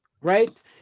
right